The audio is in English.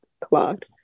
clogged